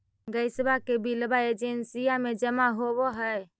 गैसवा के बिलवा एजेंसिया मे जमा होव है?